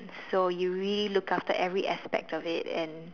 so you really look after every aspect of it and